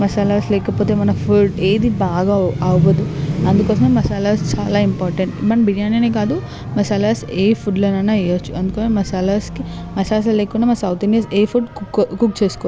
మసాలాస్ లేకపోతే మన ఫుడ్ ఏది బాగా అవ్వదు అందుకోసమే మసాలాస్ చాలా ఇంపార్టెంట్ మన బిర్యాననే కాదు మసాలాస్ ఏ ఫుడ్లోనైన వేయచ్చు అందుకని మసాలాస్కి మసాలాస్ లేకుండా మా సౌత్ ఇండియన్స్ ఏం ఫుడ్ కుక్ కుక్ చేసుకోరు